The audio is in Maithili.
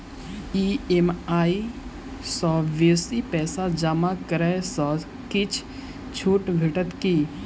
ई.एम.आई सँ बेसी पैसा जमा करै सँ किछ छुट भेटत की?